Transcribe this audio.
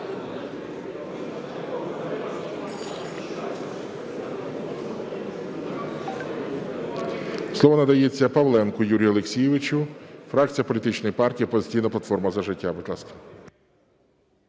Слово надається Павленку Юрію Олексійовичу, фракція політичної партії "Опозиційна платформа – За життя".